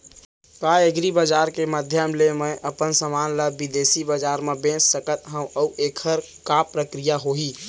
का एग्रीबजार के माधयम ले मैं अपन समान ला बिदेसी बजार मा बेच सकत हव अऊ एखर का प्रक्रिया होही?